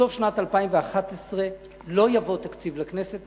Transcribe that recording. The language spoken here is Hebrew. בסוף שנת 2011 לא יבוא תקציב לכנסת,